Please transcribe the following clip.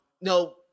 no